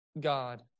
God